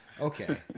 Okay